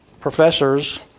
Professors